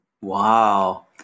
Wow